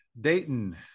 Dayton